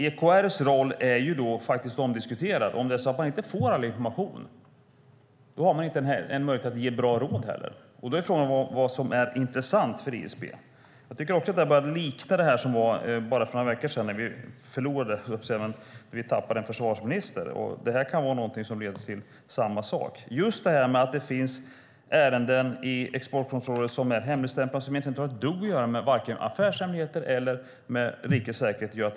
EKR:s roll är omdiskuterad. Får man inte all information har man ingen möjlighet att ge bra råd. Vad är intressant för ISP? Det här börjar likna det som hände för några veckor sedan när vi tappade en försvarsminister. Det här kan leda till samma sak. Det finns ärenden i Exportkontrollrådet som är hemligstämplade men som inte har ett dugg med affärshemligheter eller rikets säkerhet att göra.